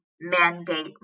mandate